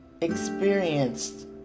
experienced